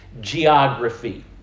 geography